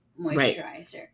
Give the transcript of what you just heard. moisturizer